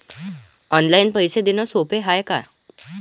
Online पैसे देण सोप हाय का?